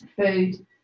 food